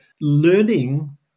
learning